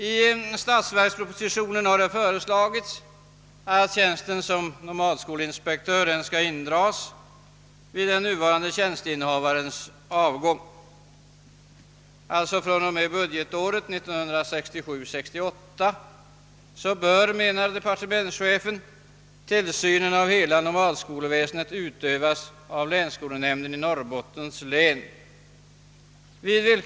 I statsverkspropositionen har föreslagits att tjänsten som nomadskolinspektör skall indragas vid den nuvarande tjänsteinnehavarens : avgång. fr.o.m. budgetåret 1967/68 bör, menar departementschefen, tillsynen av hela nomadskolväsendet utövas av länsskolnämnden i Norrbottens län.